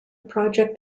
project